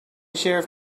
sheriff